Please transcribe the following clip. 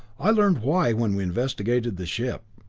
i learned why when we investigated the ship.